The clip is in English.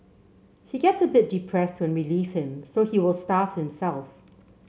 he gets a bit depressed when we leave him so he will starve himself